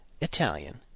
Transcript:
Italian